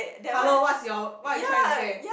hello what's your what you trying to say